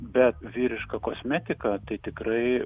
bet vyriška kosmetika tai tikrai